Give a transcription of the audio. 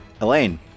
Elaine